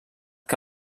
que